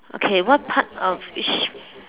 okay what part of it sh~